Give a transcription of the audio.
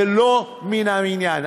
זה לא מן העניין.